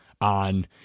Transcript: on